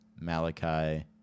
Malachi